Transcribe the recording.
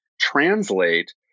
translate